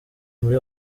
muri